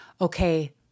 Okay